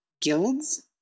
guilds